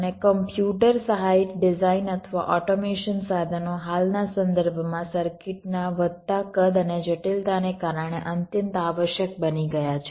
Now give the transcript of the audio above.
અને કોમ્પ્યુટર સહાયિત ડિઝાઇન અથવા ઓટોમેશન સાધનો હાલના સંદર્ભમાં સર્કિટના વધતા કદ અને જટિલતાને કારણે અત્યંત આવશ્યક બની ગયા છે